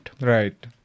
Right